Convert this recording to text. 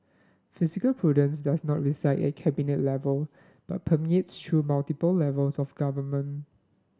fiscal prudence does not reside at the Cabinet level but permeates through multiple levels of government